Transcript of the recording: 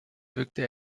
wirkte